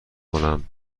کنم